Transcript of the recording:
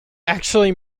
actually